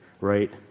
right